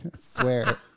swear